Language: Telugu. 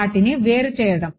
వాటిని వేరు చేయడం